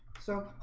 so